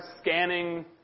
scanning